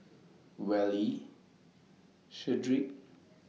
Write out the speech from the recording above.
Wally Shedrick